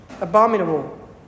abominable